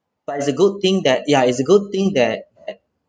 but it's a good thing that ya it's a good thing that that